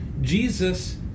Jesus